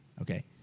okay